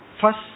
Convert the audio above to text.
First